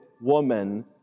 woman